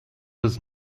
was